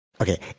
okay